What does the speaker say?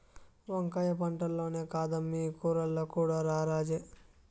వంకాయ పంటల్లోనే కాదమ్మీ కూరల్లో కూడా రారాజే